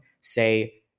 say